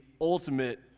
ultimate